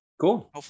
Cool